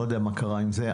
לא יודע מה קרה עם זה,